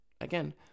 again